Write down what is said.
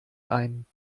ein